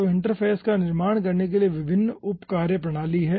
तो इंटरफ़ेस का निर्माण करने के लिए विभिन्न उप कार्यप्रणाली हैं